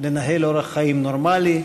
לנהל אורח חיים נורמלי.